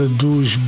dos